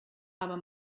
aber